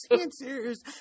answers